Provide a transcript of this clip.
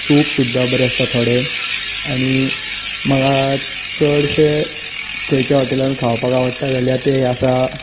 soup सुद्दां बरे आसता थोडे आनी म्हाका चडशे खंयच्या हॉटेलांत खावपाक आवडटा जाल्यार तें आसा